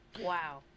Wow